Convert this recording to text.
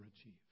achieve